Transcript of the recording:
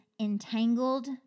entangled